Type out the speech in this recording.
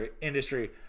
industry